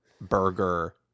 burger